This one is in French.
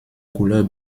couleur